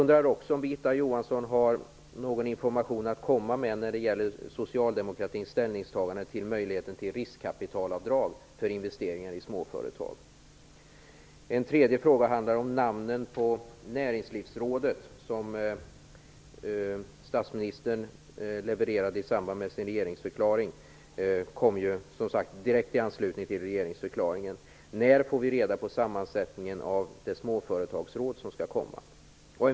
En annan fråga handlar om sammansättningen av Näringslivsrådet som statsministern levererade i samband med sin regeringsförklaring. Den kom ju direkt i anslutning till regeringsförklaringen. När får vi reda på sammansättningen av det småföretagsråd skall komma?